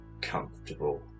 comfortable